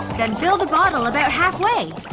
then fill the bottle about halfway.